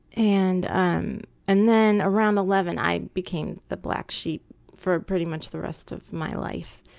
and um and then around eleven i became the black sheep for pretty much the rest of my life.